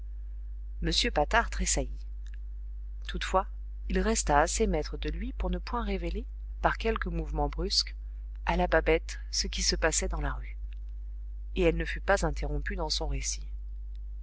m patard tressaillit toutefois il resta assez maître de lui pour ne point révéler par quelque mouvement brusque à la babette ce qui se passait dans la rue et elle ne fut pas interrompue dans son récit